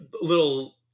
little